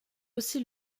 aussi